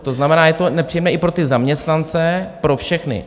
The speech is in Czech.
To znamená, je to nepříjemné i pro ty zaměstnance, pro všechny.